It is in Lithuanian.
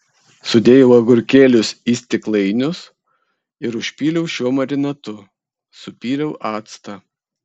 sudėjau agurkėlius į stiklainius ir užpyliau šiuo marinatu supyliau actą